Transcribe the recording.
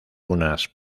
unas